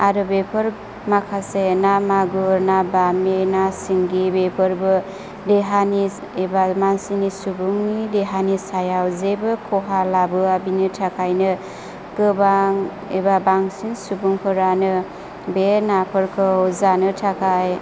आरो बेफोर माखासे ना मागुर ना बामि ना सिंगि बेफोरबो देहानि एबा मानसिनि सुबुंनि देहानि सायाव जेबो खहा लाबोआ बिनि थाखायनो गोबां एबा बांसिन सुबुंफोरानो बे नाफोरखौ जानो थाखाय